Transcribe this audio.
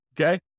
Okay